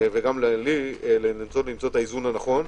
וגם לי למצוא את האיזון הנכון.